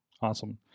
awesome